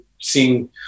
seeing